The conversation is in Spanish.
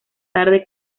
tarde